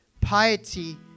piety